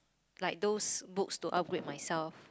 like those books to upgrade myself